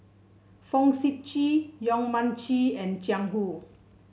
Fong Sip Chee Yong Mun Chee and Jiang Hu